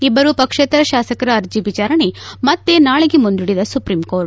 ಇಬ್ಲರು ಪಕ್ಷೇತರ ಶಾಸಕರ ಅರ್ಜೆ ವಿಚಾರಣೆ ಮತ್ತೆ ನಾಳೆಗೆ ಮುಂದೂಡಿದ ಸುಪ್ರೀಂ ಕೋರ್ಟ್